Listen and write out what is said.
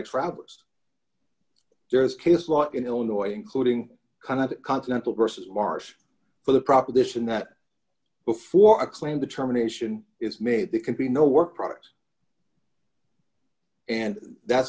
travelers there's case law in illinois including kind of continental versus mars for the proposition that before a claim determination is made that can be no work product and that's